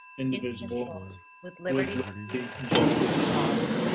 indivisible with liberty liberty and justice um